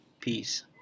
Peace